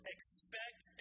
Expect